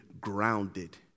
grounded